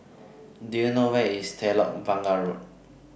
Do YOU know Where IS Telok Blangah Road